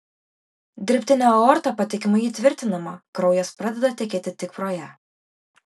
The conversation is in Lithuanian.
dirbtinė aorta patikimai įtvirtinama kraujas pradeda tekėti tik pro ją